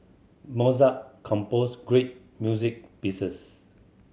Mozart composed great music pieces